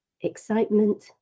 excitement